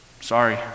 Sorry